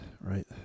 Right